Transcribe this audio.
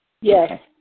Yes